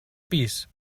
pis